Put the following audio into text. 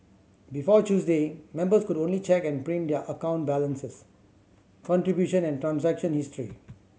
before Tuesday members could only check and print their account balances contribution and transaction history